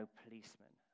policemen